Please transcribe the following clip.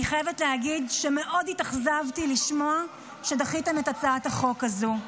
אני חייבת להגיד שמאוד התאכזבתי לשמוע שדחיתם את הצעת החוק הזו.